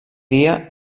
dia